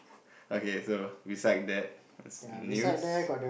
okay so beside that news